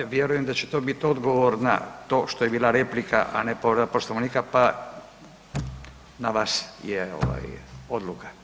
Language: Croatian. Vjerujem da će to biti odgovor na to što je bila replika a ne povreda Poslovnika pa na vas je odluka.